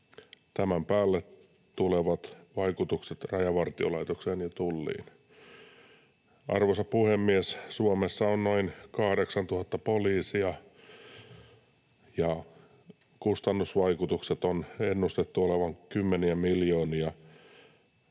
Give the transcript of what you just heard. Tämän päälle tulevat vaikutukset Rajavartiolaitokseen ja Tulliin. Arvoisa puhemies! Suomessa on noin 8 000 poliisia, ja kustannusvaikutusten on ennustettu olevan kymmeniä miljoonia.